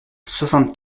soixante